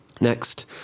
Next